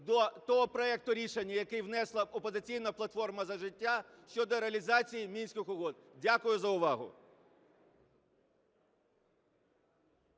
до того проекту рішення, який внесла "Опозиційна платформа – За життя" щодо реалізації Мінських угод. Дякую за увагу.